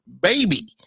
baby